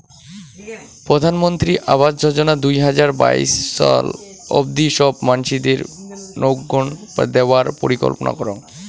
প্রধানমন্ত্রী আবাস যোজনা দুই হাজার বাইশ সাল অব্দি সব মানসিদেরনৌগউ দেওয়ার পরিকল্পনা করং